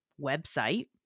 website